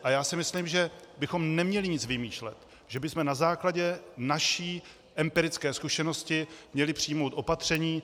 A já si myslím, že bychom neměli nic vymýšlet, že bychom na základě naší empirické zkušenosti měli přijmout opatření.